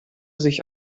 sich